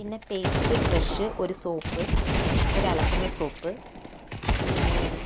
പിന്നെ paste brush ഒരു soap ഒരു അലക്കുന്ന സോപ്പ് പിന്നെ